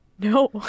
no